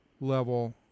level